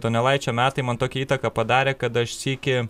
donelaičio metai man tokią įtaką padarė kad aš sykį